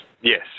yes